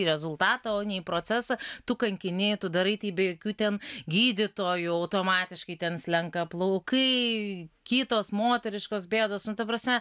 į rezultatą o ne į procesą tu kankini tu darai tai be jokių ten gydytojų automatiškai ten slenka plaukai kitos moteriškos bėdos nu ta prasme